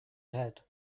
head